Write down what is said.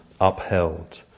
upheld